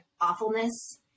awfulness